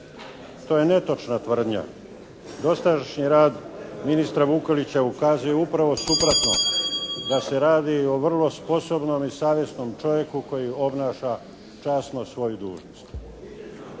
To je netočna tvrdnja. Dosadašnji rad ministra Vukelića ukazuje upravo suprotno, da se radi o vrlo sposobnom i savjesnom čovjeku koji obnaša časno svoju dužnost.